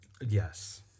Yes